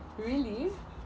really